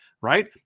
Right